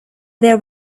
there